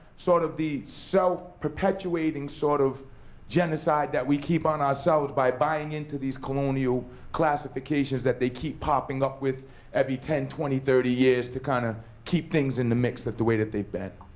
sort of the self perpetuating sort of genocide that we keep on ourselves by buying into these colonial classifications that they keep popping up with every ten, twenty, thirty years to kind of keep things in the mix, the way that they've been.